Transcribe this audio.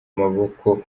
maboko